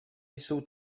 jsou